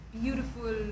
beautiful